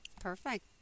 Perfect